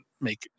make